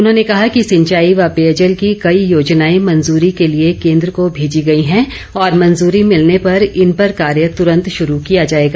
उन्होंने कहा कि सिंचाई व पेयजल की कई योजनाए मंजूरी के लिए केन्द्र को भेजी गई हैं और मंजूरी मिलने पर इन पर कार्य तुरंत शुरू किया जाएगा